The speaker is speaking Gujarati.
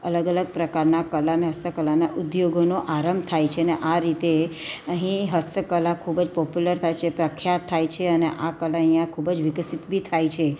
અલગ અલગ પ્રકારના કલાને હસ્તકલાના ઉદ્યોગોનો આરંભ થાય છે ને આ રીતે અહીં હસ્તકલા ખૂબ જ પોપ્યુલર થાય છે પ્રખ્યાત થાય છે અને આ કલા અહીંયાં ખૂબ જ વિકસિત બી થાય છે